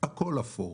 הכול אפור.